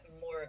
more